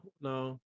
no